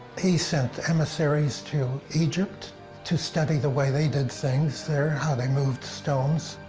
he sent emissaries to egypt to study the way they did things there how they moved stones.